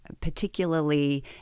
Particularly